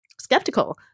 skeptical